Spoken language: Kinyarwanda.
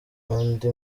n’andi